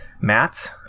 matt